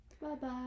Bye-bye